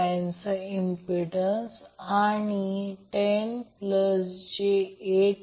प्रश्न असा आहे की तो Y कनेक्टेड लोड आहे आणि आपण या आकृतीवर येऊ